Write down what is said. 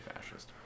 fascist